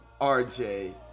RJ